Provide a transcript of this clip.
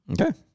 Okay